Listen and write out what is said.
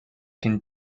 can